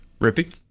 Rippy